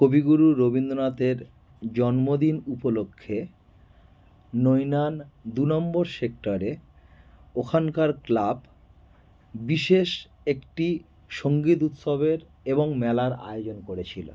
কবিগুরু রবীন্দ্রনাথের জন্মদিন উপলক্ষে নৈনান দু নম্বর সেক্টরে ওখানকার ক্লাব বিশেষ একটি সংগীত উৎসবের এবং মেলার আয়োজন করেছিলো